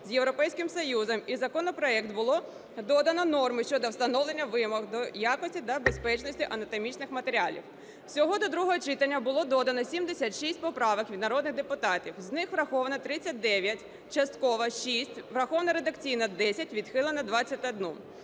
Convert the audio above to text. з Європейським Союзом, у законопроект було додано норми щодо встановлення вимог до якості та безпечності анатомічних матеріалів. Усього до другого читання було додано 76 поправок від народних депутатів, з них: враховано - 39, частково – 6, враховано редакційно – 10, відхилено –